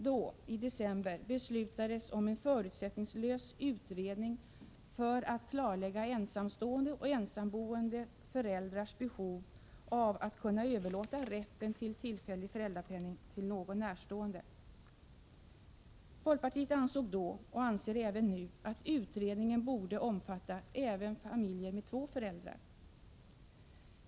Då, i december, beslutades om en förutsättningslös utredning för att klarlägga ensamstående och ensamboende föräldrars behov av att kunna överlåta rätten till tillfällig föräldrapenning till någon närstående. Folkpartiet ansåg då och anser även nu att utredningen borde omfatta även familjer med två föräldrar.